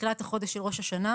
בתחילת החודש של ראש השנה,